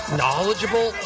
knowledgeable